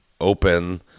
open